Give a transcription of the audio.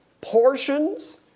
portions